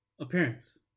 appearance